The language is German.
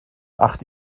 acht